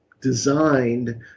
designed